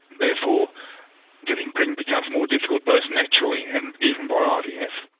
therefore getting pregnant becomes more difficult, both naturally and even by um yeah ivf.